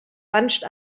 bunched